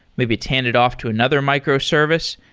maybe tend it off to another microservice,